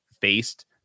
faced